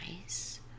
nice